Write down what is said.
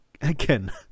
again